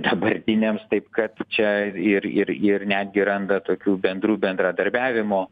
dabartiniams taip kad čia ir ir ir netgi randa tokių bendrų bendradarbiavimo